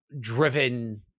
driven